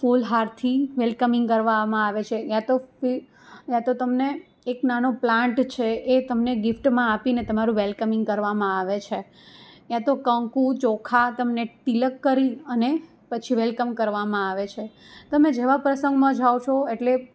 ફૂલ હારથી વેલકમિંગ કરવામાં આવે છે યાતો ફીર યાતો તમને એક નાનો પ્લાન્ટ છે એ તમને ગિફ્ટમાં આપીને તમારું વેલકમિંગ કરવામાં આવે છે યાતો કંકુ ચોખા તમને તિલક કરી અને પછી વેલકમ કરવામાં આવે છે તમે જેવા પ્રસંગમાં જાઓ છો એટલે